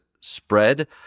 spread